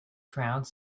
crowds